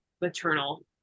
maternal